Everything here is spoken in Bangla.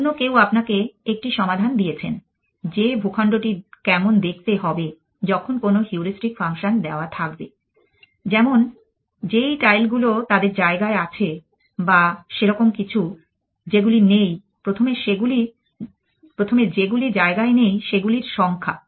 অন্য কেউ আপনাকে একটি সমাধান দিয়েছেন যে ভূখণ্ডটি কেমন দেখতে হবে যখন কোনো হিউড়িস্টিক ফাংশন দেওয়া থাকবে যেমন যেই টাইলগুলো তাদের জায়গায় আছে বা সেরকম কিছু যেগুলি নেই প্রথমে যেগুলি জায়গায় নেই সেগুলির সংখ্যা